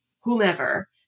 whomever